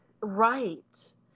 Right